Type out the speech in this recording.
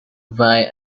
via